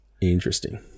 interesting